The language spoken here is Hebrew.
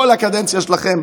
כל הקדנציה שלכם,